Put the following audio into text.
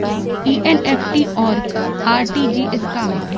ई एन.ई.एफ.टी और आर.टी.जी.एस का ह?